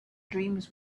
dreams